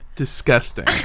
disgusting